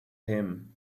him